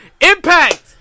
Impact